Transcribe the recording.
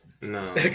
no